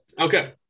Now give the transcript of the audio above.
Okay